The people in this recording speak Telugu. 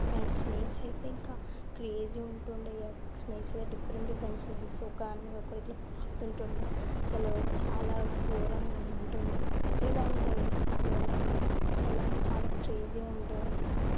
స్నేక్స్ అయితే ఇంకా క్రేజీ ఉంటుండే స్నేక్స్ అయితే డిఫరెంట్ డిఫరెంట్ స్నేక్స్ ఒక దాని మీద ఒకటి ఇట్లా పాకుతుండే అసలు చాలా ఘోరం ఉంటుండే చాలా బాగుంటుంది అది కూడా చాలా అంటే చాలా క్రేజీగా ఉంటుంది అసలు